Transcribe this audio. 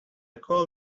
call